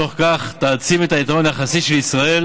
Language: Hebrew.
ובתוך כך תעצים את היתרון היחסי של ישראל